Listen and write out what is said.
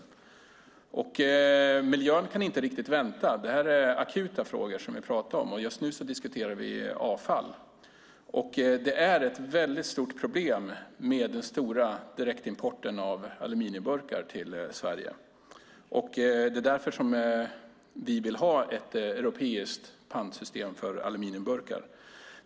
Miljön kan inte vänta. Det vi talar om är akuta frågor, och just nu diskuterar vi avfall. Det är ett stort problem med den stora direktimporten av aluminiumburkar till Sverige, och därför vill vi ha ett europeiskt pantsystem för aluminiumburkar.